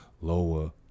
lower